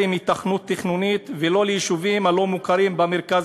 עם היתכנות תכנונית ולא ליישובים הלא-מוכרים במרכז,